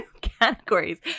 categories